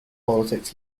politics